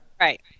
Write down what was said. Right